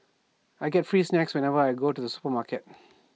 I get free snacks whenever I go to the supermarket